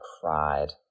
cried